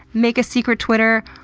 make a secret twitter.